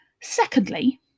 Secondly